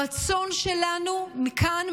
הרצון שלנו מכאן,